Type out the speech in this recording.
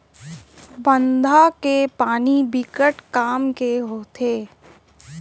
बांधा के पानी बिकट के काम के होथे